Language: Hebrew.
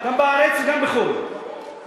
גם בארץ וגם בחוץ-לארץ.